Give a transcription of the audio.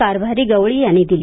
कारभारी गवळी यांनी दिली